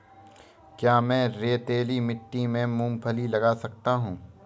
क्या मैं रेतीली मिट्टी में मूँगफली लगा सकता हूँ?